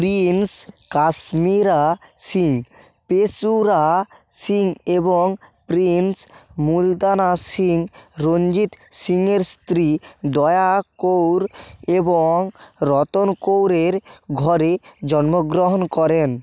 Prince Kashmira Singh Peshaura Singh এবং prince Multana Singh Ranjit সিংয়ের স্ত্রী দয়া কৌর এবং রতন কৌরের ঘরে জন্মগ্রহণ করেন